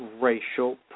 racial